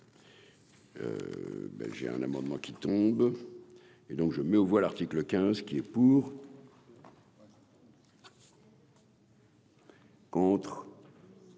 est un amendement qui tombe. Et donc je mets aux voix, l'article 15 qui est pour. Contre.